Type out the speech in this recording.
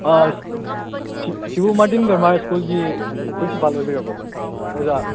ꯁꯤꯕꯨ ꯃꯥꯔꯇꯤꯟ ꯒꯔꯃꯥꯔ ꯁ꯭ꯀꯨꯜꯒꯤ ꯄ꯭ꯔꯤꯟꯁꯤꯄꯥꯜ ꯑꯣꯏꯕꯤꯔꯕꯣ ꯑꯣꯖꯥ